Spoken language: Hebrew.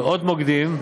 ובעוד מוקדים,